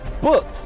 book